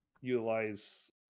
utilize